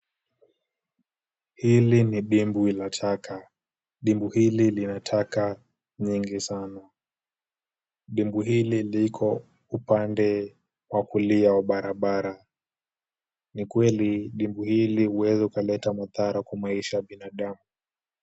Hili ni dimbwi la taka, dimbwi hili lina taka nyingi sana. Dimbwi hili liko upande wa kulia wa barabara, ni kweli dimbwi hili huweza ukaleta madhara kwa maisha ya binadamu.